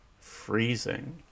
Freezing